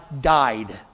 died